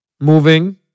moving